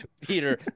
Peter